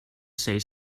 say